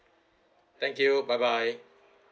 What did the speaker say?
thank you bye bye